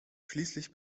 schließlich